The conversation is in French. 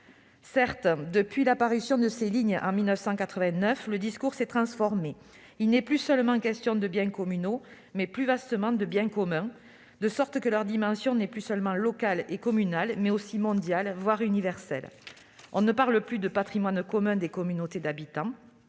Certes, depuis la parution de ces lignes, en 1989, le discours s'est transformé : il n'est plus seulement question de « biens communaux », mais plus vastement de « biens communs », de sorte que leur dimension n'est plus seulement locale et communale, mais aussi mondiale, voire universelle. On ne parle plus de « patrimoine commun des communautés d'habitants